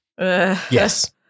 Yes